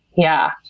yeah.